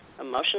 emotional